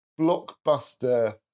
blockbuster